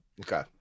Okay